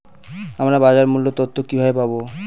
আমরা বাজার মূল্য তথ্য কিবাবে পাবো?